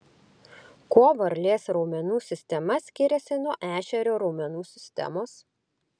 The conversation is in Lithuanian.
kuo varlės raumenų sistema skiriasi nuo ešerio raumenų sistemos